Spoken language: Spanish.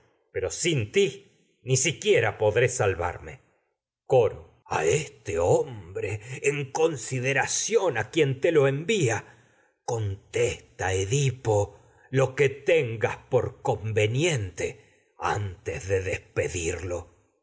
pero ti ni siquiera podré salvarme coro lo a este hombre en consideración a quien te conve envía contesta de edipo lo que tengas por niente antes despedirlo